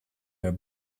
are